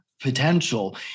potential